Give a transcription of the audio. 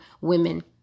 women